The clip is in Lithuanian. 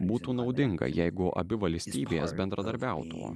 būtų naudinga jeigu abi valstybės bendradarbiautų